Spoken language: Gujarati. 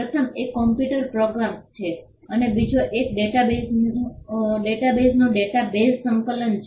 પ્રથમ એક કમ્પ્યુટર પ્રોગ્રામ્સ છે અને બીજો એક ડેટાબેઝનું ડેટા બેઝ સંકલન છે